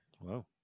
Wow